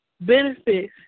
benefits